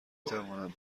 توانم